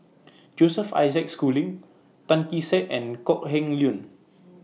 Joseph Isaac Schooling Tan Kee Sek and Kok Heng Leun